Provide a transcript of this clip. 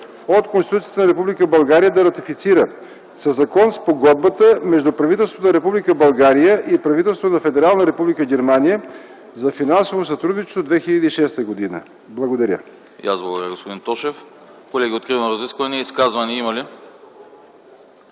от Конституцията на Република България да ратифицира със закон Спогодбата между правителството на Република България и правителството на Федерална република Германия за финансово сътрудничество (2006 г.).” Благодаря.